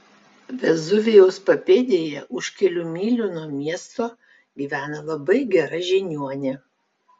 vezuvijaus papėdėje už kelių mylių nuo miesto gyvena labai gera žiniuonė